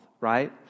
right